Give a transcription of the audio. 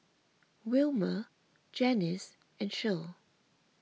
Wilma Janis and Shirl